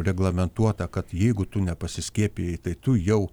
reglamentuota kad jeigu tu nepasiskiepijai tai tu jau